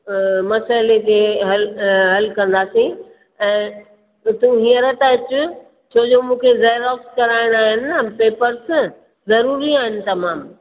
मसइले खे हल हल कंदासी ऐं तू हीअंर त अचु छो जो मूंखे जैरॉक्स कराइणा आहिनि पेपर्स ज़रूरी आहिनि न तमामु